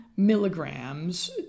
milligrams